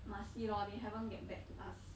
must see lor they haven't get back to us